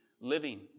living